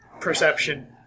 Perception